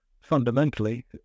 fundamentally